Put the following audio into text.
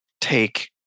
take